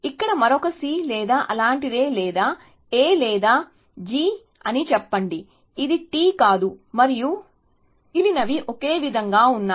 ఇక్కడ మరొక C లేదా అలాంటిదే లేదా A లేదా G అని చెప్పండి ఇది T కాదు మరియు మిగిలినవి ఒకే విధంగా ఉన్నాయి